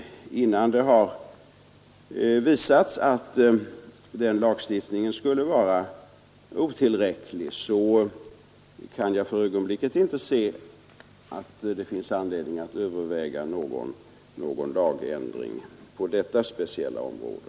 Innan det har visats att den lagstiftningen skulle vara otillräcklig kan jag för ögonblicket inte se att det finns anledning av överväga någon lagändring på detta speciella område.